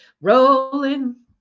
rolling